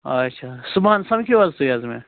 آچھا صُبحَن سَمکھِو حظ تُہۍ حظ مےٚ